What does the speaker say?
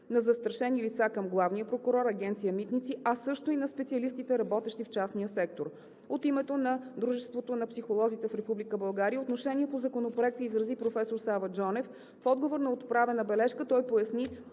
на застрашени лица към главния прокурор, Агенция „Митници“, а също и на специалистите, работещи в частния сектор. От името на Дружеството на психолозите в Република България отношение по Законопроекта изрази професор Сава Джонев. В отговор на отправена бележка той поясни,